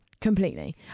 Completely